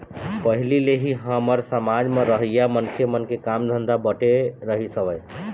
पहिली ले ही हमर समाज म रहइया मनखे मन के काम धंधा बटे रहिस हवय